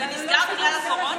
זה נסגר בגלל הקורונה?